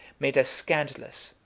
made a scandalous,